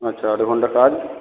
আচ্ছা আট ঘণ্টা কাজ